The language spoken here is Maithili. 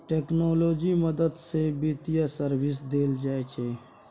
टेक्नोलॉजी मदद सँ बित्तीय सर्विस देल जाइ छै